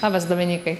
labas dominykai